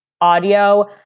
audio